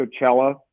Coachella